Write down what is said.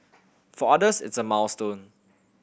for others it's a milestone